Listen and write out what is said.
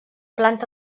planta